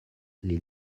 les